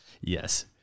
Yes